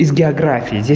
geography